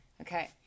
Okay